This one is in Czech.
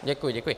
Děkuji, děkuji.